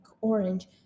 orange